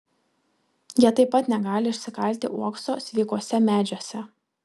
jie taip pat negali išsikalti uokso sveikuose medžiuose